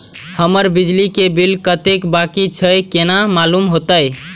हमर बिजली के बिल कतेक बाकी छे केना मालूम होते?